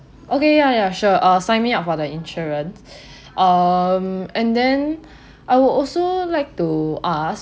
okay ya ya sure uh signed me up for the insurance um and then I would also like to ask